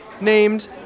named